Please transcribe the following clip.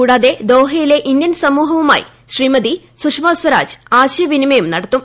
കൂടാതെ ദോഹയിലെ ഇന്ത്യൻ സമൂഹവുമായി ശ്രീമതി സുഷമസ്വരാജ് ആശയ വിനിമയം നടത്തും